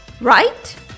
right